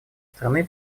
страны